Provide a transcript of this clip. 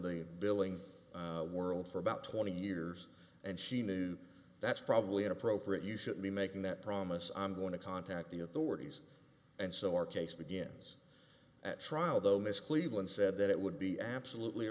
the billing world for about twenty years and she knew that's probably inappropriate you should be making that promise on want to contact the authorities and so our case begins at trial though ms cleveland said that it would be absolutely